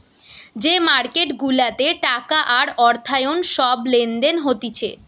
যে মার্কেট গুলাতে টাকা আর অর্থায়ন সব লেনদেন হতিছে